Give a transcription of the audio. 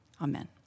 amen